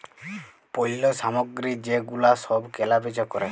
পল্য সামগ্রী যে গুলা সব কেলা বেচা ক্যরে